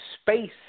space